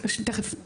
תיכף,